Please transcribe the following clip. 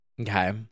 Okay